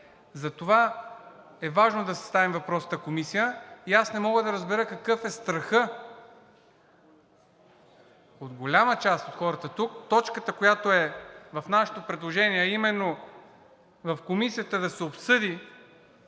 Затова е важно да съставим въпросната комисия и аз не мога да разбера какъв е страхът в голяма част от хората тук точката, която е в нашето предложение, а именно в комисията да се обсъди